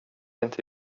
inte